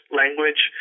language